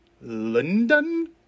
London